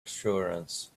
assurance